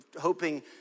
hoping